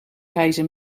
reizen